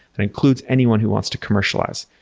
that includes anyone who wants to commercialize.